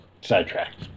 Sidetracked